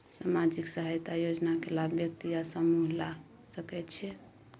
सामाजिक सहायता योजना के लाभ व्यक्ति या समूह ला सकै छै?